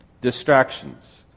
Distractions